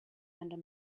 under